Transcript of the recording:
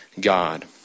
God